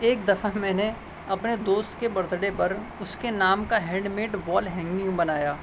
ایک دفعہ میں نے اپنے دوست کے برتھ ڈے پر اس کے نام کا ہینڈ میڈ وال ہنگنگ بنایا